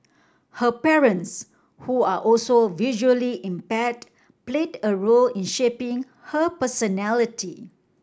her parents who are also visually impaired played a role in shaping her personality